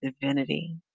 Divinity